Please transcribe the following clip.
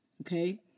okay